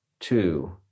Two